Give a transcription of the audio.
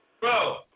Bro